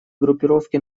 группировки